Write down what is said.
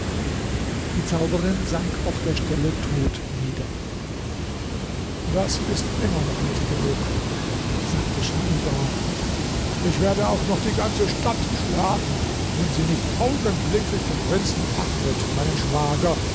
die zauberin sank auf der stelle tot nieder das ist immer noch nicht genug sagte schaibar ich werde auch noch die ganze stadt schlagen wenn sie nicht augenblicklich den prinzen ahmed meinen schwager